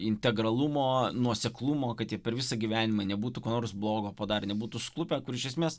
integralumo nuoseklumo kad jie per visą gyvenimą nebūtų ko nors blogo padarę nebūtų suklupę kur iš esmės